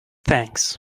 thanks